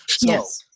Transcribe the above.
Yes